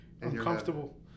uncomfortable